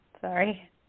Sorry